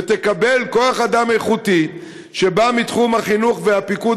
ותקבל כוח אדם איכותי שבא מתחום החינוך והפיקוד